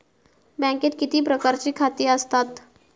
बँकेत किती प्रकारची खाती आसतात?